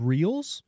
Reels